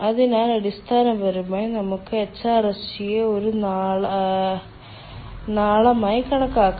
അതിനാൽ അടിസ്ഥാനപരമായി നമുക്ക് എച്ച്ആർഎസ്ജിയെ ഒരു നാളമായി കണക്കാക്കാം